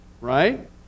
right